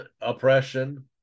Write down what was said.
oppression